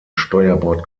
steuerbord